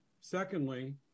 Secondly